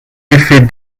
effets